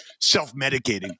self-medicating